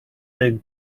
big